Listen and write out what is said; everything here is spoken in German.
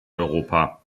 europa